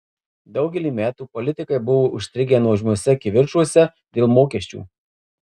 daugelį metų politikai buvo užstrigę nuožmiuose kivirčuose dėl mokesčių